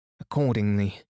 Accordingly